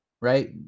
right